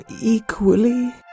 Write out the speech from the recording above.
equally